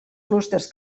clústers